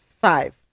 Five